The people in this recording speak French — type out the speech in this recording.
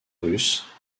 russes